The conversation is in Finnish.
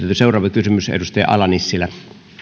seuraava kysymys edustaja ala nissilä